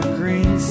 green